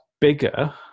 bigger